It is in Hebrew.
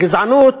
הגזענות